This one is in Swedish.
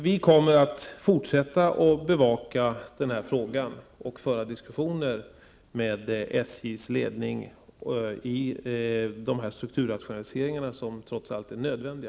Vi kommer att fortsätta att bevaka den här frågan och föra diskussioner med SJs ledning om de strukturrationaliseringar som trots allt är nödvändiga.